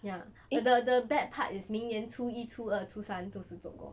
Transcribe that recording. ya the the bad part is 明年初一初二初三都是做工